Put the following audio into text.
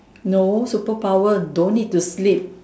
no superpower don't need to sleep